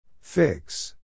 Fix